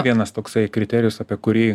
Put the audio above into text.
vienas toksai kriterijus apie kurį